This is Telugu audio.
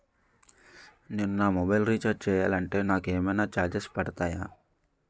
నేను నా మొబైల్ రీఛార్జ్ చేయాలంటే నాకు ఏమైనా చార్జెస్ పడతాయా?